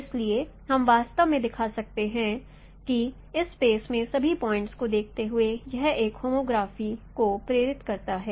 इसलिए हम वास्तव में दिखा सकते हैं कि इस स्पेस में सभी पॉइंटस को देखते हुए यह एक होमोग्राफी को प्रेरित करता है